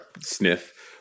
sniff